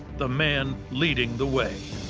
the man leading the way.